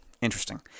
Interesting